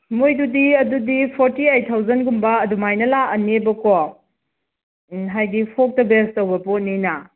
ꯃꯣꯏꯗꯨꯗꯤ ꯑꯗꯨꯗꯤ forty eight ꯊꯥꯎꯖꯟꯒꯨꯝꯕ ꯑꯗꯨꯃꯥꯏꯅ ꯂꯥꯛꯑꯅꯦꯕ ꯀꯣ ꯎꯝ ꯍꯥꯏꯕꯗꯤ ꯐꯣꯜꯛꯇꯥ ꯕꯦꯁ ꯇꯧꯕ ꯄꯣꯠꯅꯤꯅ